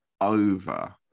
over